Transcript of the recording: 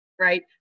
right